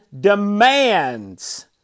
demands